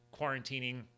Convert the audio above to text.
quarantining